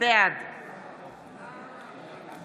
בעד עלי סלאלחה, בעד